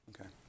Okay